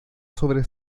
sobre